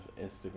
Instagram